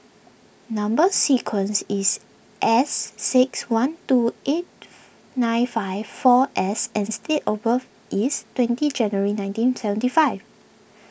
Number Sequence is S six one two eight nine five four S and date of birth is twenty January nineteen seventy five